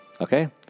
Okay